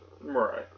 Right